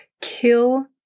kill